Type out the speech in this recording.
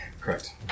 Correct